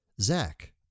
Zach